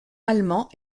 allemands